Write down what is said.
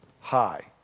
high